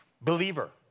Believer